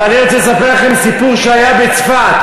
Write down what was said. אבל אני רוצה לספר לכם סיפור שהיה בצפת.